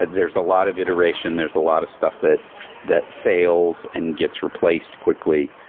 and there's a lot of iteration. there's a lot of stuff that that fails and gets replaced quickly.